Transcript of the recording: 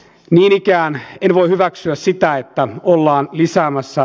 niinikään voi hyväksyä sitä että ollaan lisäämässä